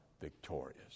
victorious